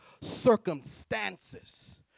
circumstances